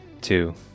two